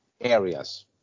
areas